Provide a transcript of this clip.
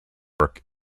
work